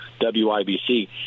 wibc